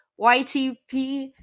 YTP